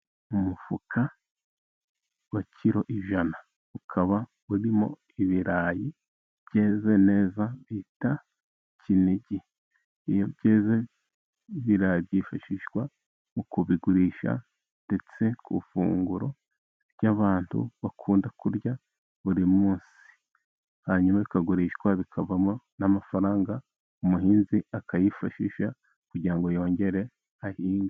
Mu mufuka wa kiro ijana ukaba urimo ibirayi byeze neza bita Kinigi, iyo ibyeze ibirayi byifashishwa mu kubigurisha, ndetse ku ifunguro ry'abantu bakunda kurya buri munsi, hanyuma bikagurishwa bikavamo n'amafaranga, umuhinzi akayifashisha kugira ngo yongere ahinge.